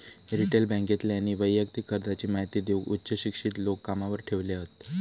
retail बॅन्केतल्यानी वैयक्तिक कर्जाची महिती देऊक उच्च शिक्षित लोक कामावर ठेवले हत